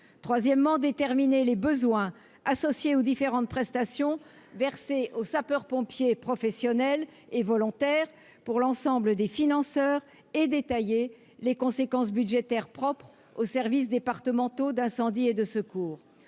Troisièmement, il déterminera les besoins associés aux différentes prestations versées aux sapeurs-pompiers, professionnels et volontaires, pour l'ensemble des financeurs. Il détaillera les conséquences budgétaires propres aux SDIS. Quatrièmement, enfin, le rapport